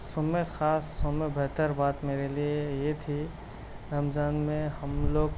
سو میں خاص سو میں بہتر بات میرے لیے یہ تھی رمضان میں ہم لوگ